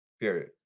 Period